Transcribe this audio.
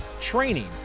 training